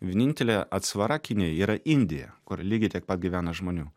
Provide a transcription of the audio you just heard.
vienintelė atsvara kinijai yra indija kur lygiai tiek pat gyvena žmonių